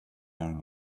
earn